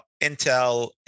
Intel